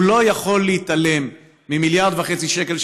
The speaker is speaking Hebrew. הוא לא יכול להתעלם מ-1.5 מיליארד שקל,